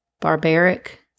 barbaric